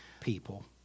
people